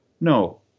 no